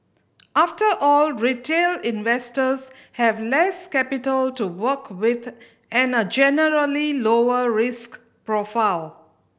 after all retail investors have less capital to work with and a generally lower risk profile